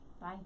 Bye